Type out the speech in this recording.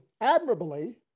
admirably